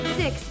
six